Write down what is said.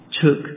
took